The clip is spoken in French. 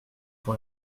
pour